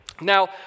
Now